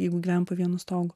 jeigu gyvenam po vienu stogu